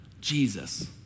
Jesus